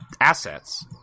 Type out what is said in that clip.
assets